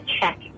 check